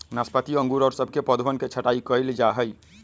नाशपाती अंगूर और सब के पौधवन के छटाई कइल जाहई